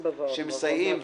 שמסייעים,